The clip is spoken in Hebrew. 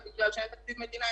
ובגלל שאין תקציב מדינה,